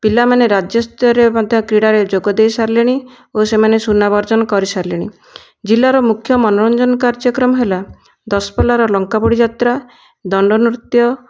ପିଲାମାନେ ରାଜ୍ୟସ୍ତରୀୟ ମଧ୍ୟ କ୍ରୀଡ଼ାରେ ମଧ୍ୟ ଯୋଗ ଦେଇସାରିଲେଣି ଓ ସେମାନେ ସୁନାମ ଅର୍ଜନ କରିସାରିଲେଣି ଜିଲ୍ଲାର ମୁଖ୍ୟ ମନୋରଞ୍ଜନ କାର୍ଯ୍ୟକ୍ରମ ହେଲା ଦଶପଲ୍ଲାର ଲଙ୍କାପୋଡ଼ି ଯାତ୍ରା ଦଣ୍ଡ ନୃତ୍ୟ